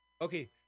Okay